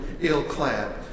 ill-clad